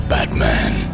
Batman